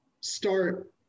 start